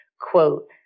quote